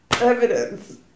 evidence